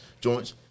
joints